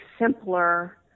simpler